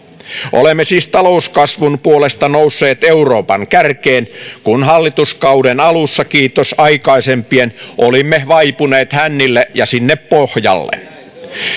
olemme siis talouskasvun puolesta nousseet euroopan kärkeen kun hallituskauden alussa kiitos aikaisempien olimme vaipuneet hännille ja sinne pohjalle